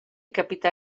capità